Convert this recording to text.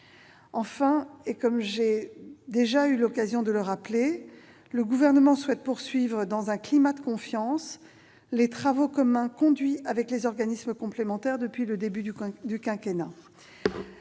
Enfin, comme j'ai déjà eu l'occasion de le souligner, le Gouvernement souhaite poursuivre dans un climat de confiance les travaux communs conduits avec les organismes complémentaires depuis le début du quinquennat.